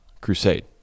crusade